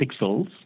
pixels